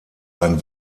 ein